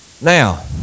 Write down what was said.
Now